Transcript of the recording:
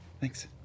Thanks